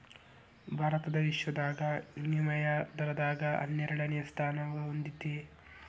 ಭಾರತ ವಿಶ್ವದಾಗ ವಿನಿಮಯ ದರದಾಗ ಹನ್ನೆರಡನೆ ಸ್ಥಾನಾ ಹೊಂದೇತಿ